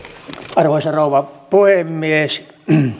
arvoisa rouva puhemies